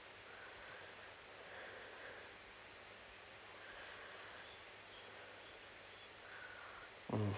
hmm